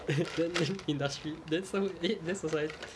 then then industry then 社会 eh then society